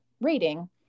rating